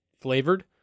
flavored